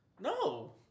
no